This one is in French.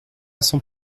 sans